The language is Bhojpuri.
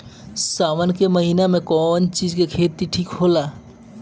सावन के महिना मे कौन चिज के खेती ठिक होला?